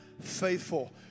faithful